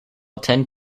attend